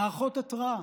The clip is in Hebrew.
מערכות התרעה,